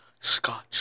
scotch